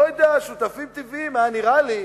לא יודע, שותפים טבעיים היה נראה לי,